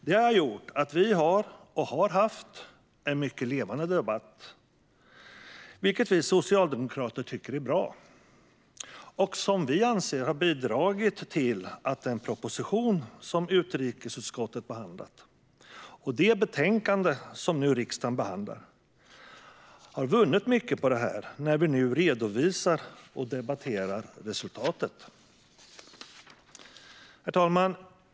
Det har gjort att vi har och har haft en mycket levande debatt, vilket vi socialdemokrater tycker är bra. Vi anser att den proposition som utrikesutskottet behandlat och det betänkande som riksdagen nu behandlar har vunnit mycket på denna debatt när vi nu redovisar och debatterar resultatet. Herr talman!